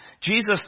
Jesus